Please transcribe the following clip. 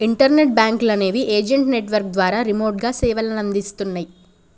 internet బ్యేంకులనేవి agent network ద్వారా రిమోట్గా సేవలనందిస్తన్నయ్